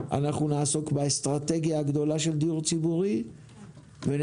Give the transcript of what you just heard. אנחנו נעסוק באסטרטגיה הגדולה של דיור ציבורי ונטפל